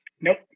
Nope